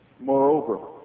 Moreover